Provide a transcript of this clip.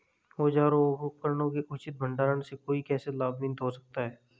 औजारों और उपकरणों के उचित भंडारण से कोई कैसे लाभान्वित हो सकता है?